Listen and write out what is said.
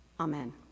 Amen